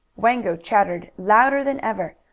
wango chattered louder than ever.